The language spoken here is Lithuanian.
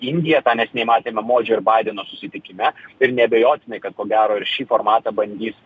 indija tą neseniai matėme modžio ir baideno susitikime ir neabejotinai kad ko gero ir šį formatą bandys